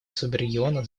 субрегиона